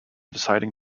deciding